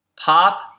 Pop